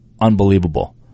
unbelievable